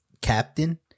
captain